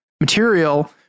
material